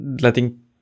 letting